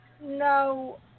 No